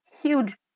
huge